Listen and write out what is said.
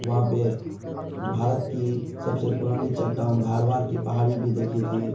وہاں پہ بھارت کی سب سے پرانی چٹان دھارواڑ کی پہاڑی بھی دیکھی تھی